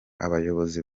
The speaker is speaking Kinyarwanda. abayobozi